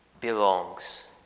belongs